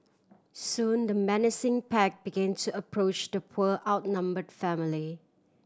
soon the menacing pack begin to approach the poor outnumbered family